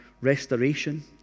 restoration